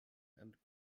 and